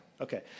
okay